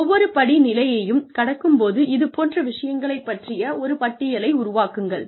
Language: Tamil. ஒவ்வொரு படிநிலையையும் கடக்கும் போது இதுபோன்ற விஷயங்களைப் பற்றிய ஒரு பட்டியலை உருவாக்குங்கள்